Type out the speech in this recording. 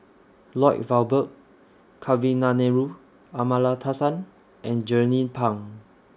Lloyd Valberg Kavignareru Amallathasan and Jernnine Pang